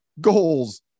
goals